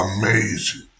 amazing